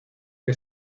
que